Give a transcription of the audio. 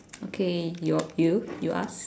okay your you you ask